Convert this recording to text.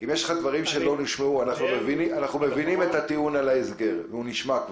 אנחנו מבינים את הטיעון על ההסגר, הוא כבר נשמע,